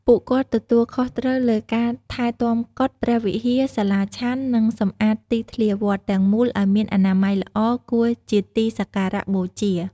ពួកគាត់ទទួលខុសត្រូវលើការ ថែទាំកុដិ ព្រះវិហារ សាលាឆាន់ និង សម្អាតទីធ្លាវត្ត ទាំងមូលឲ្យមានអនាម័យល្អ គួរជាទីសក្ការៈបូជា។